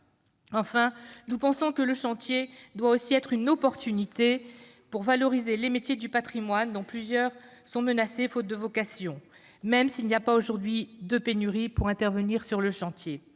Enfin, nous pensons que le chantier doit aussi être une occasion de valoriser les métiers du patrimoine, dont plusieurs sont menacés, faute de vocations, même s'il n'y a pas aujourd'hui de risque de pénurie sur le chantier.